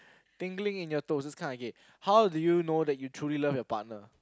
tingling in your toes that's kinda gay how do you know that you truly love your partner